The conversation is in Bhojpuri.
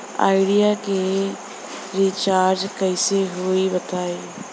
आइडिया के रीचारज कइसे होई बताईं?